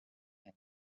and